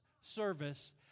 service